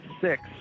six